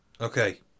Okay